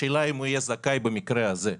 השאלה אם הוא יהיה זכאי במקרה הזה,